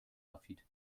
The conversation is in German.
graphit